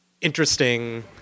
interesting